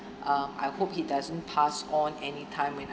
uh I hope he doesn't pass on anytime when